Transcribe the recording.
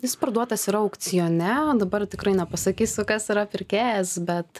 jis parduotas yra aukcione dabar tikrai nepasakysiu kas yra pirkėjas bet